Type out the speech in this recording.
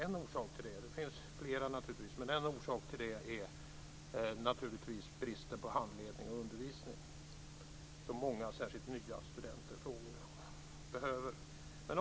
En orsak till det, det finns flera, är naturligtvis bristen på handledning och undervisning som många, särskilt nya studenter, behöver.